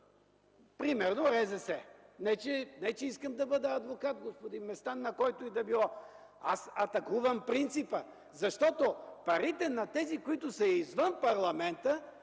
Примерно РЗС. Не че искам да бъда адвокат, господин Местан, на който и да било. Аз атакувам принципа. Защото парите на тези, които са извън парламента,